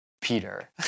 Peter